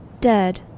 Dead